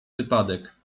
wypadek